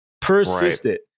persisted